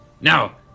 Now